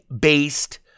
based